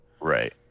Right